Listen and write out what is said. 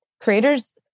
creators